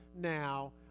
now